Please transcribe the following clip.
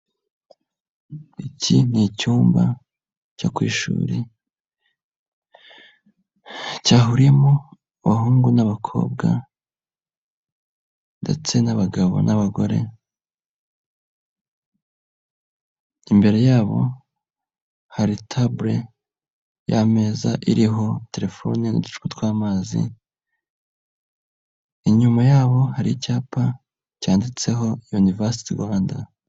Iki ni icyumba cyo ku ishuri cyahuriyemo abahungu n'abakobwa abagabo n'abagore, imbere yabo hari tabule y'ameza iriho n'uducupa tw'amazi, inyuma yabo hari icyapa cyanditseho University Rwanda.